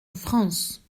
france